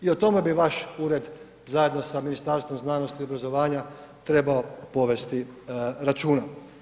I o tome bi vaš ured zajedno sa Ministarstvom znanosti i obrazovanja trebao povesti računa.